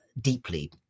deeply